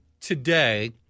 today